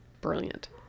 brilliant